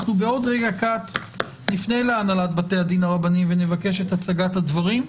בעוד רגע קט נפנה להנהלת בתי הדין הרבניים ונבקש את הצגת הדברים.